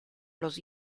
los